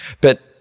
But-